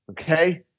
okay